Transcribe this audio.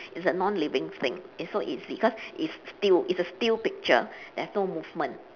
it's a non-living thing it's so easy because it's still it's a still picture there's no movement